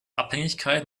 abhängigkeit